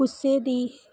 ਗੁੱਸੇ ਦੀ